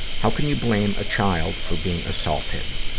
how can you blame a child for being assaulted?